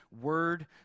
word